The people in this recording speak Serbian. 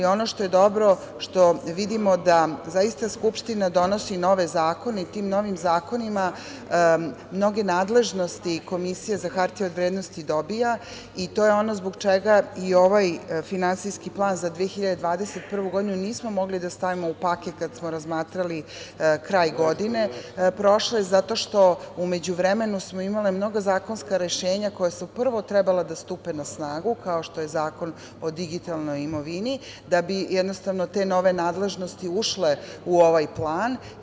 Ono što je dobro, što vidimo da zaista Skupština donosi nove zakone i tim novim zakonima mnoge nadležnosti Komisije za hartije od vrednosti dobija i to je ono zbog čega i ovaj finansijski plan za 2021. godinu nismo mogli da stavimo u paket kada smo razmatrali kraj godine prošle, zato što u međuvremenu smo imali mnoga zakonska rešenja koja su prvo trebala da stupe na snagu, kao što je Zakon o digitalnoj imovini, da bi jednostavno te nove nadležnosti ušle u ovaj plan.